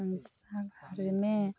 हम भनसा घरमे